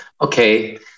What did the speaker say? Okay